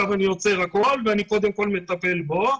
אני לא עוצר הכול, אני קודם כל מטפל בו,